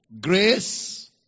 Grace